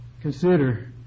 Consider